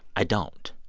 i don't.